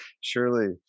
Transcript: Surely